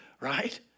right